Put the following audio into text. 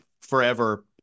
forever